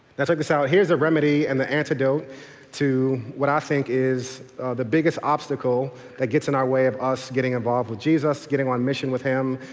like this out here's the remedy and the antidote to what i think is the biggest obstacle that gets in our way of us getting involved with jesus getting on mission with him,